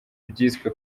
byiswe